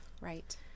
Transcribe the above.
right